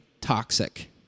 toxic